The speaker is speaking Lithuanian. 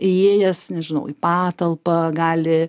įėjęs nežinau į patalpą gali